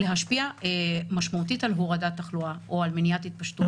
להשפיע משמעותית על הורדת תחלואה או על מניעת התפשטות.